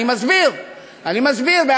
אני מסביר בהגינות.